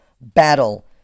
battle